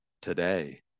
today